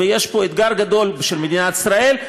ויש פה אתגר גדול של מדינת ישראל.